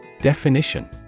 Definition